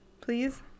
Please